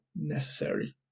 necessary